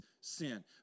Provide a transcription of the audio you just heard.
sin